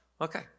Okay